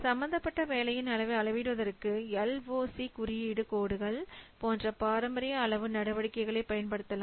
சம்பந்தப்பட்ட வேலையின் அளவை அளவிடுவதற்கு LOC 'குறியீடு கோடுகள்' போன்ற பாரம்பரிய அளவு நடவடிக்கைகளை பயன்படுத்தலாம்